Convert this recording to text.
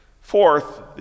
Fourth